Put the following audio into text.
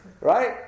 right